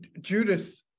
Judith